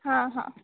हा हा